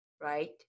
Right